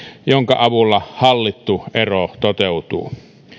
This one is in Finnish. jonka avulla hallittu ero toteutuu